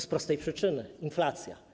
Z prostej przyczyny - inflacja.